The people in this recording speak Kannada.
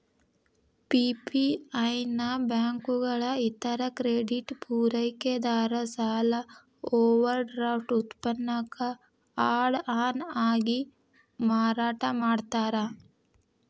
ಪಿ.ಪಿ.ಐ ನ ಬ್ಯಾಂಕುಗಳ ಇತರ ಕ್ರೆಡಿಟ್ ಪೂರೈಕೆದಾರ ಸಾಲ ಓವರ್ಡ್ರಾಫ್ಟ್ ಉತ್ಪನ್ನಕ್ಕ ಆಡ್ ಆನ್ ಆಗಿ ಮಾರಾಟ ಮಾಡ್ತಾರ